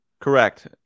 Correct